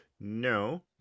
No